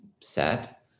set